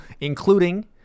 including